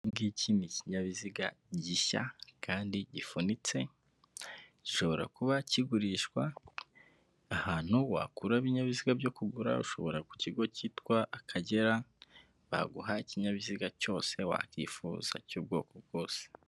Iki ngiki ni ikiinyabiziga gishya kandi gifunitse gishobora kuba kigurishwa ahantu wakura ibinyabiziga byo kugura ushobora kujya ku kigo cyitwa akagera baguha ikinyabiziga cyose wakwifuza cy'ubwoko bwose.